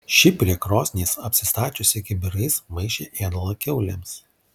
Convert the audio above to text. ši prie krosnies apsistačiusi kibirais maišė ėdalą kiaulėms